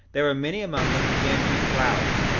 there were many among them who began to be proud,